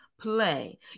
play